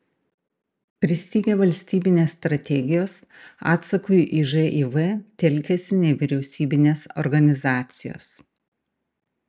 pristigę valstybinės strategijos atsakui į živ telkiasi nevyriausybinės organizacijos